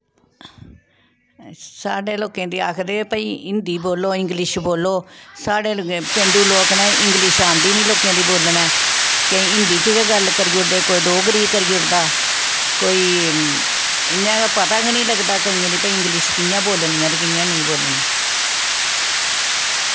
साढ़े लोकें गी आखदे भाई हिन्दी बोलो इंगलिश बोलो साढ़े पेंडू लोग नै इंगलिश आंदी निं लोकें गी बोलना केईं हिन्दी च गै गल्ल करदे कोई डोगरी च गै करी ओड़दा कोई इ'यां गै पता गै निं लगदा भई केइयें दी इंगलिश कि'यां बोलनी ऐ ते कि'यां नेईं बोलनी